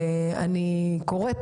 אני קוראת